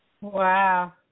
Wow